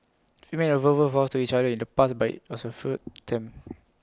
we made A verbal vows to each other in the past but IT was A foot attempt